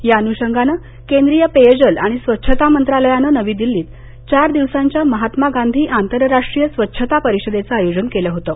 या अनुषंगानं केंद्रीय पेयजल आणि स्वच्छता मंत्रालयानं नवी दिल्लीत चार दिवसांच्या महात्मा गांधी आंतरराष्ट्रीय स्वच्छता परिषदेचं आयोजन केलं होतं